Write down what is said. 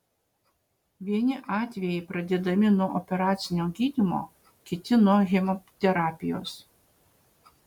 vieni atvejai pradedami nuo operacinio gydymo kiti nuo chemoterapijos